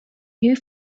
you